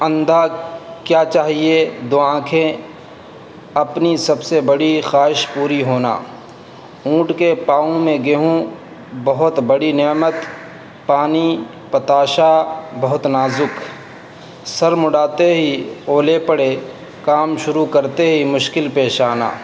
اندھا کیا چاہے دو آنکھیں اپنی سب سے بڑی خواہش پوری ہونا اونٹ کے پاؤں میں گیہوں بہت بڑی نعمت پانی بتاشا بہت نازک سر مڈاتے ہی اولے پڑے کام شروع کرتے ہی مشکل پیش آنا